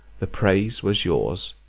the praise was yours.